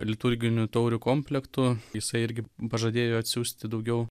liturginių taurių komplektų jisai irgi pažadėjo atsiųsti daugiau